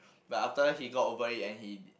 but after he got over it and he